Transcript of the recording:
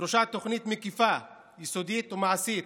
דרושה תוכנית מקיפה, יסודית ומעשית,